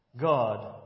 God